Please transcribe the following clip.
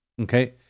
Okay